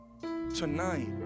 Tonight